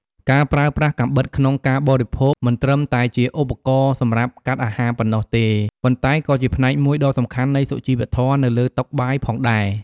ការប្រើប្រាស់កាំបិតក្នុងការបរិភោគមិនត្រឹមតែជាឧបករណ៍សម្រាប់កាត់អាហារប៉ុណ្ណោះទេ ប៉ុន្តែក៏ជាផ្នែកមួយដ៏សំខាន់នៃសុជីវធម៌នៅលើតុបាយផងដែរ។